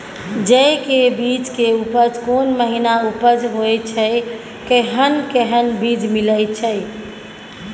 जेय के बीज के उपज कोन महीना उपज होय छै कैहन कैहन बीज मिलय छै?